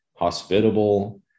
hospitable